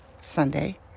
Sunday